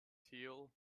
teal